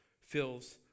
fills